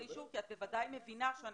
הם בונים את תקציב המדינה.